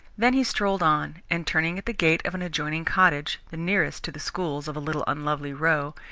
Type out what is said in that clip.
then he strolled on, and, turning at the gate of an adjoining cottage, the nearest to the schools of a little unlovely row,